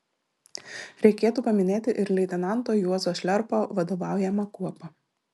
reikėtų paminėti ir leitenanto juozo šliarpo vadovaujamą kuopą